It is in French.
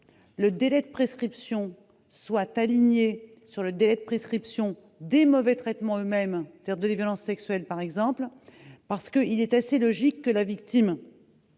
le délai de prescription soit aligné sur le délai de prescription des mauvais traitements eux-mêmes, par exemple des violences sexuelles. En effet, il est assez logique que la victime